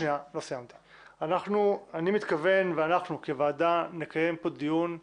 אני מתכוון ואנחנו כוועדה נקיים פה דיון ענייני,